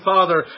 Father